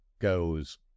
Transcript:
goes